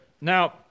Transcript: Now